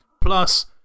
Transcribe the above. plus